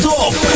off